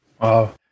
Wow